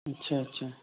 अच्छा अच्छा